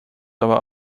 aber